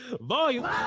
Volume